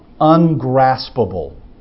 ungraspable